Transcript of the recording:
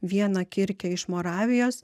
vieną kirkę iš moravijos